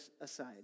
aside